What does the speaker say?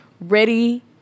ready